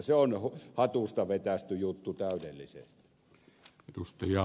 se on hatusta vetäisty juttu täydellisesti